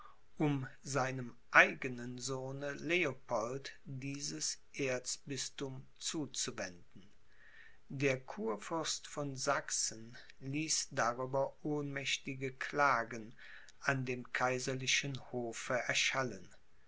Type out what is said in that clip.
um seinem eigenen sohne leopold dieses erzbisthum zuzuwenden der kurfürst von sachsen ließ darüber ohnmächtige klagen an dem kaiserlichen hofe erschallen